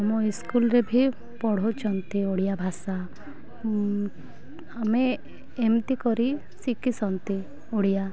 ଆମ ଇସକୁଲରେ ବି ପଢ଼ୁଛନ୍ତି ଓଡ଼ିଆ ଭାଷା ଆମେ ଏମିତି କରି ଶିଖିଛନ୍ତି ଓଡ଼ିଆ